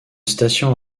station